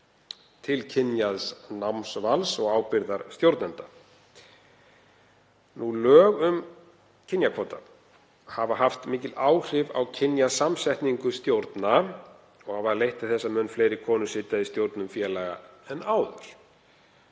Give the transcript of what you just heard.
til kynjaðs námsvals og ábyrgðar stjórnenda. Lög um kynjakvóta hafa haft mikil áhrif á kynjasamsetningu stjórna og hafa leitt til þess að mun fleiri konur sitja í stjórnum félaga en áður.